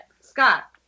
Scott